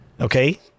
okay